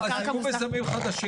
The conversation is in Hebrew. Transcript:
לא, עזבו מיזמים חדשים.